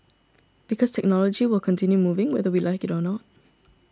because technology will continue moving whether we like it or not